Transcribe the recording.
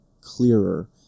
clearer